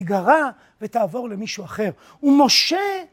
גרה, ותעבור למישהו אחר. ומשה